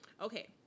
Okay